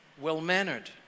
well-mannered